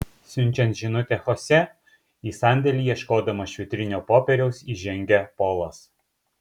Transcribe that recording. siunčiant žinutę chosė į sandėlį ieškodamas švitrinio popieriaus įžengia polas